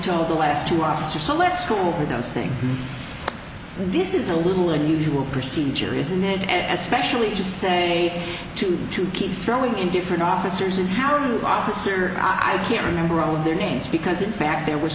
told the last two officers so let's go over those things this is a little unusual procedure isn't it and specially to say to to keep throwing in different officers in our officer i can't remember all of their names because in fact there w